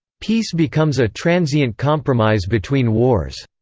peace becomes a transient compromise between wars.